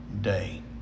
day